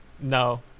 No